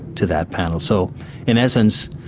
to that panel. so in essence,